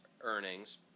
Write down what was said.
earnings